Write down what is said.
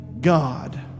God